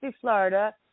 Florida